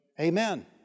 Amen